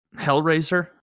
Hellraiser